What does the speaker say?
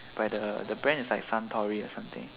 by the the brand is like suntory or something